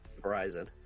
Verizon